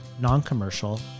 non-commercial